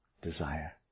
desire